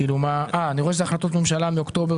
אני רואה שזה החלטות ממשלה מאוקטובר